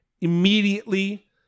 immediately